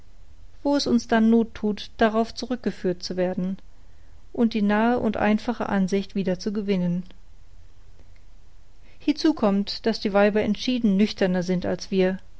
wo es uns dann noth thut darauf zurückgeführt zu werden um die nahe und einfache ansicht wieder zu gewinnen hiezu kommt daß die weiber entschieden nüchterner sind als wir